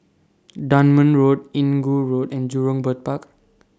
Dunman Road Inggu Road and Jurong Bird Park